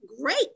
great